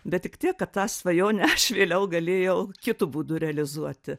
bet tik tiek kad tą svajonę aš vėliau galėjau kitu būdu realizuoti